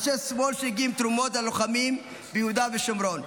אנשי שמאל שהגיעו עם תרומות ללוחמים ביהודה ושומרון,